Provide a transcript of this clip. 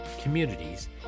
communities